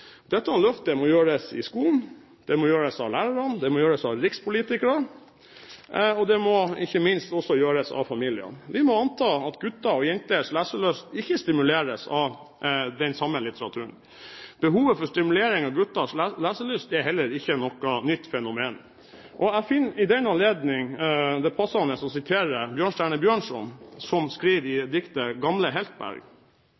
Dette løftet må gjøres i skolen, det må gjøres av lærerne, det må gjøres av rikspolitikerne og det må, ikke minst, også gjøres av familiene. Vi må anta at gutter og jenters leselyst ikke stimuleres av den samme litteraturen. Behovet for stimulering av gutters leselyst er heller ikke noe nytt fenomen. I den anledning finner jeg det passende å sitere Bjørnstjerne Bjørnson, som skrev i